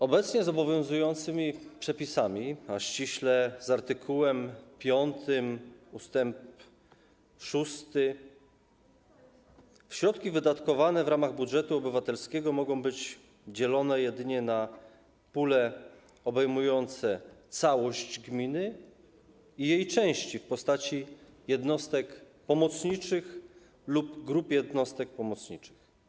Obecnie zgodnie z obowiązującymi przepisami, a ściślej - z art. 5 ust. 6, środki wydatkowane w ramach budżetu obywatelskiego mogą być dzielone jedynie na pule obejmujące całość gminy i jej części w postaci jednostek pomocniczych lub grup jednostek pomocniczych.